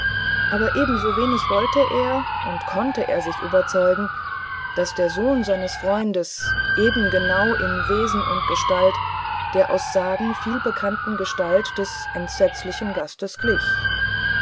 aber ebensowenig wollte er und konnte er sich überzeugen daß der sohn seines freundes eben genau in wesen und gestalt der aus sagen vielbekannten gestalt des entsetzlichen gastes gliche